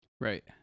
Right